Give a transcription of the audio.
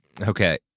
Okay